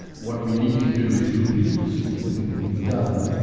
what we need to do is repeat the sort of thing we've done,